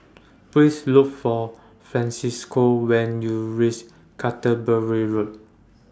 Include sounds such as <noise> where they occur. <noise> Please Look For Francisco when YOU REACH Canterbury Road